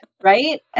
Right